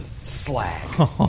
slag